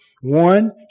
one